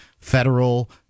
federal